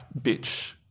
bitch